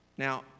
Now